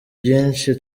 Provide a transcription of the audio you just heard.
byinshi